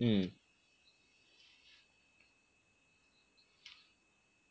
mm